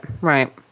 right